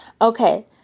Okay